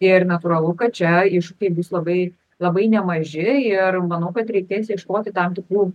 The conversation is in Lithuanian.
ir natūralu kad čia išpildys labai labai nemaži ir manau kad reikės ieškoti tam tikrų